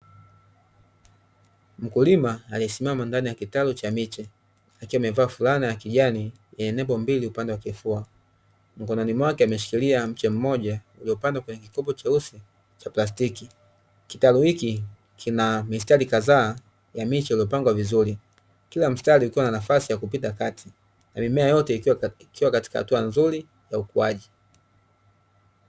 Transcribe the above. Mkulima aliyesimama ndani ya kitalu cha miche, akiwa amevaa fulana ya kijani yenye nembo mbili upande wa kifua. Mikononi mwake ameshikilia mche mmoja ulipandwa kwenye kikopo cheusi cha plastiki. Kitalu hiki kina mistari kadhaa ya miche iliyopangwa vizuri. Kila mstari ukiwa na nafasi ya kupita kati na mimea yote ikiwa katika hatua nzuri ya ukuaji.